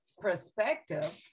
perspective